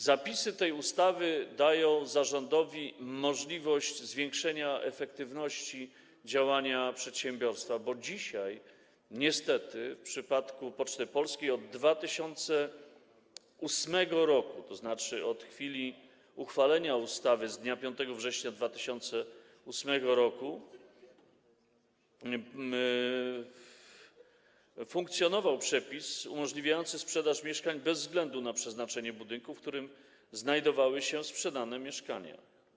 Zapisy tej ustawy dają zarządowi możliwość zwiększenia efektywności działania przedsiębiorstwa, bo niestety w przypadku Poczty Polskiej od 2008 r., tzn. od chwili uchwalenia ustawy z dnia 5 września 2008 r., funkcjonował przepis umożliwiający sprzedaż mieszkań bez względu na przeznaczenie budynku, w którym znajdowały się sprzedane mieszkania.